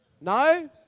No